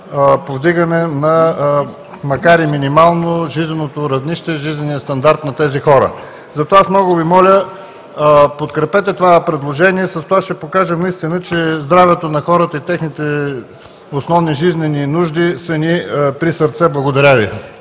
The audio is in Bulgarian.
повдигане, макар и минимално, на жизненото равнище и жизнения стандарт на тези хора. Затова аз много Ви моля: подкрепете това предложение. С това ще покажем, че здравето на хората и техните основни жизнени нужди са ни присърце. Благодаря Ви.